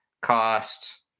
cost